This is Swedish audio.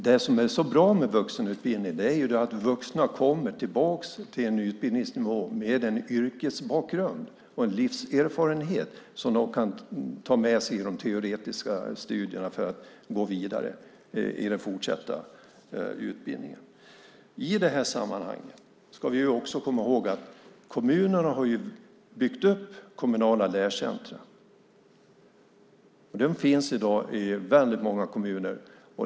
Det som är så bra med vuxenutbildning är att vuxna kommer tillbaka till en utbildning med en yrkesbakgrund och en livserfarenhet som de kan ta med sig till de teoretiska studierna för att gå vidare i den fortsatta utbildningen. I detta sammanhang ska vi också komma ihåg att kommunerna har byggt upp kommunala lärcentrum. De finns i dag i väldigt många kommuner.